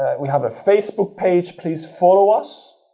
we have a facebook page. please follow us.